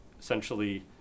essentially